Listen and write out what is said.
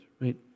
right